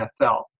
NFL